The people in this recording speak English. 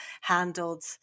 handled